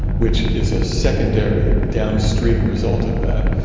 which is a secondary downstream result of that.